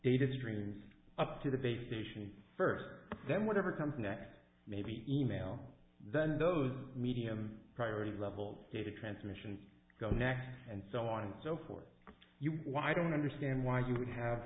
data streams up to the base station first then whatever comes next maybe email then those medium priority levels data transmission go next and so on and so forth why don't understand why you have